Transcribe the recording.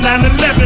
9-11